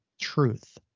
truth